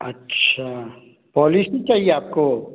अच्छा पॉलिसी चाहिए आपको